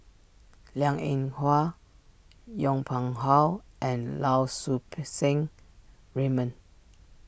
Liang Eng Hwa Yong Pung How and Lau Soup Seng Raymond